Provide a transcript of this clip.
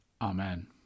Amen